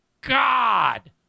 God